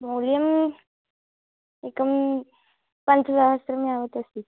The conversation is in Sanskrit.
मूल्यम् एकं पञ्चसहस्रं यावदस्ति